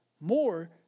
more